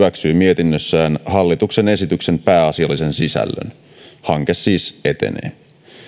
hyväksyi mietinnössään hallituksen esityksen pääasiallisen sisällön hanke siis etenee